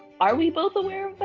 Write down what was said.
are we both aware of